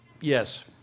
Yes